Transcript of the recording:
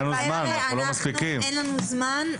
אין לנו זמן.